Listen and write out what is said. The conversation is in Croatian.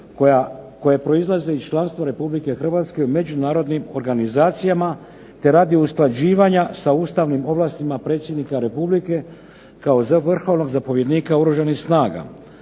koje proizlaze iz članstva Republike Hrvatske u međunarodnim organizacijama, te radi usklađivanja sa Ustavnim ovlastima Predsjednika Republike kao Vrhovnog zapovjednika Oružanih snaga.